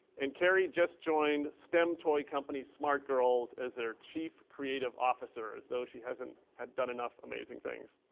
and kari just joined stem toy company, smart gurlz, as their chief creative officer, as though she hasn't had done enough amazing things.